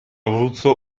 abruzzo